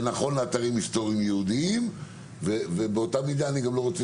זה נכון לאתרים היסטוריים יהודיים ובאותה מידה אני גם לא רוצה